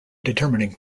determining